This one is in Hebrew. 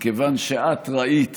מכיוון שאת ראית